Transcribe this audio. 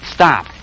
Stop